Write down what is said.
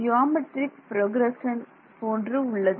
geometric progression போன்று உள்ளது